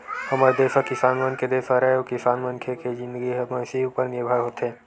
हमर देस ह किसान मन के देस हरय अउ किसान मनखे के जिनगी ह मवेशी उपर निरभर होथे